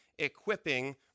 Equipping